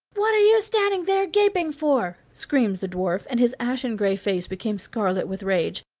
what are you standing there gaping for? screamed the dwarf, and his ashen-gray face became scarlet with rage.